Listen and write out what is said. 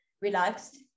relaxed